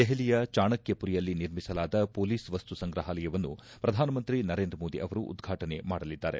ದೆಹಲಿಯ ಚಾಣಕ್ಷಮರಿಯಲ್ಲಿ ನಿರ್ಮಿಸಲಾದ ಮೊಲೀಸ್ ವಸ್ತುಸಂಗ್ರಹಾಲಯವನ್ನು ಶ್ರಧಾನಮಂತ್ರಿ ನರೇಂದ್ರ ಮೋದಿ ಅವರು ಉದ್ವಾಟನೆ ಮಾಡಲಿದ್ದಾರೆ